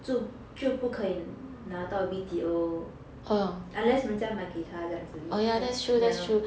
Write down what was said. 就就不可以拿到 B_T_O unless 人家买给他这样子